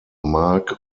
marc